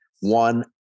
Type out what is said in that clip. one